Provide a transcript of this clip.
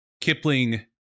Kipling